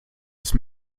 ist